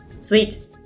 Sweet